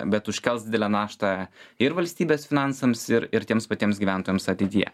bet užkels didelę naštą ir valstybės finansams ir ir tiems patiems gyventojams ateityje